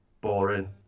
boring